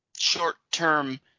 short-term